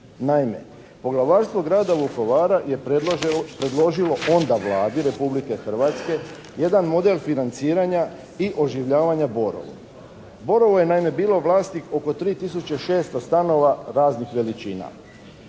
Naime, Poglavarstvo grada Vukovara je predložilo onda Vladi Republike Hrvatske jedan model financiranja i oživljavanja "Borovo". "Borovo" je naime bilo vlasnik oko 3 tisuće 600 stanova raznih veličina.